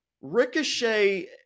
Ricochet